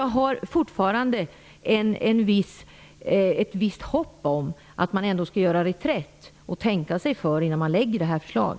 Jag har fortfarande ett visst hopp om att man skall göra reträtt och tänka sig för innan man lägger fram detta förslag.